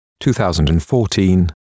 2014